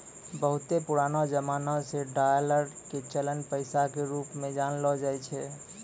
बहुते पुरानो जमाना से डालर के चलन पैसा के रुप मे जानलो जाय छै